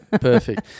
perfect